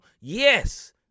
Yes